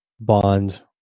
bond